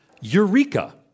Eureka